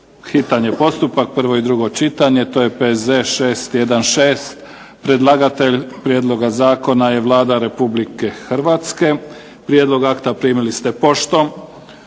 hitni postupak, prvo i drugo čitanje, P.Z. br. 616. Predlagatelj prijedloga zakona je Vlada Republike Hrvatske. Prijedlog akta primili ste poštom.